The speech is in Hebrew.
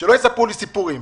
שלא יספרו לי סיפורים.